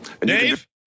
Dave